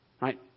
right